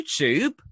YouTube